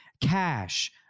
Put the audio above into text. cash